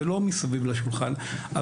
ולא מסביב לשולחן,